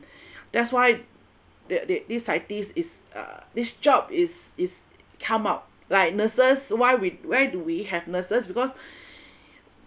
that's why they they this scientist is uh this job is is come out like nurses why we where do we have nurses because